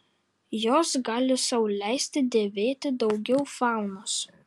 jos gali sau leisti dėvėti daugiau faunos